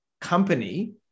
company